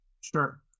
Sure